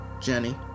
Jenny